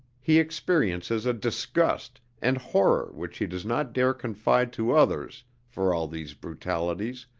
he experiences a disgust and horror which he does not dare confide to others for all these brutalities,